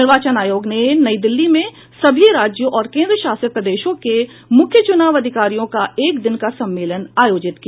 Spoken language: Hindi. निर्वाचन आयोग ने नई दिल्ली में सभी राज्यों और केन्द्र शासित प्रदेशों के मुख्य चुनाव अधिकारियों का एक दिन का सम्मेलन आयोजित किया